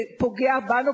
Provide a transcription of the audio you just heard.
זה פוגע בנו,